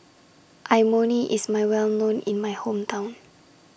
Imoni IS My Well known in My Hometown